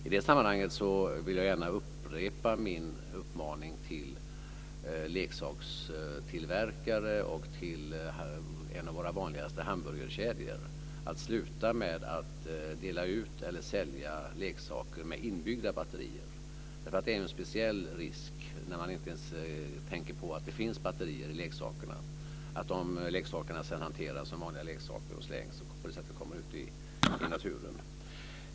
I det sammanhanget vill jag gärna upprepa min uppmaning till leksakstillverkare och till en av våra vanligaste hamburgerkedjor, att sluta dela ut eller sälja leksaker med inbyggda batterier, därför att det innebär en speciell risk när man inte ens tänker på att det finns batterier i leksakerna. Dessa leksaker hanteras sedan som vanliga leksaker och slängs och kommer på det sättet ut i naturen.